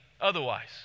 otherwise